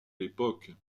l’époque